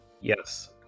yes